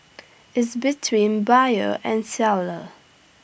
is between buyer and seller